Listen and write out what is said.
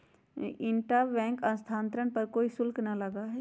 intra bank स्थानांतरण पर कोई शुल्क ना लगा हई